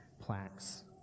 plaques